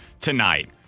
tonight